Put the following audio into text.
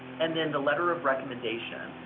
and then the letter of recommendation.